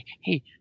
hey